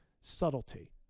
subtlety